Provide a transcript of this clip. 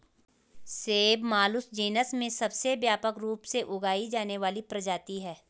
सेब मालुस जीनस में सबसे व्यापक रूप से उगाई जाने वाली प्रजाति है